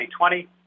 2020